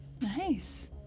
Nice